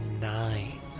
Nine